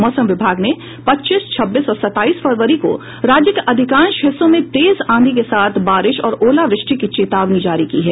मौसम विभाग ने पच्चीस छब्बीस और सताईस फरवरी को राज्य के अधिकांश हिस्सों में तेज आंधी के साथ बारिश और ओलावृष्टि की चेतावनी जारी की है